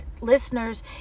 listeners